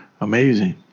Amazing